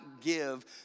give